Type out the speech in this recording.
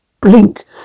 blink